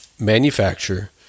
manufacture